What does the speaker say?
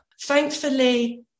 Thankfully